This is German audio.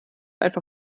einfach